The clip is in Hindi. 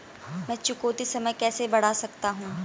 मैं चुकौती समय कैसे बढ़ा सकता हूं?